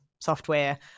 software